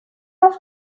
las